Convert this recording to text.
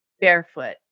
barefoot